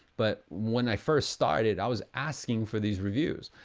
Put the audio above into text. but when i first started, i was asking for these reviews.